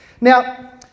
Now